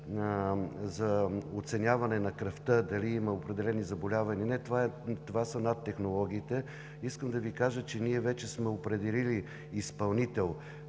за оценяване на кръвта, е дали има определени заболявания – това са NAT технологиите. Искам да Ви кажа, че ние вече сме определили изпълнител